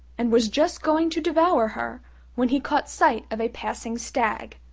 and was just going to devour her when he caught sight of a passing stag.